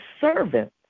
servant